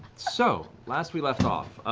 so, last we left off,